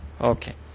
Okay